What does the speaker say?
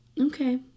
Okay